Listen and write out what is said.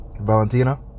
Valentina